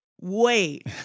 wait